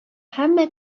һәммә